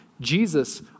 Jesus